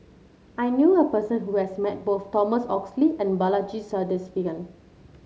I knew a person who has met both Thomas Oxley and Balaji Sadasivan